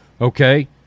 Okay